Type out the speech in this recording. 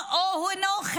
אני אומרת לכם,